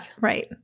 right